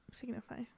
signify